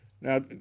Now